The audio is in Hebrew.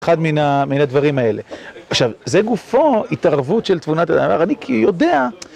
אחד מן הדברים האלה, עכשיו זה גופו התערבות של תבונת, אני כי יודע